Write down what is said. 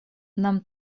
нам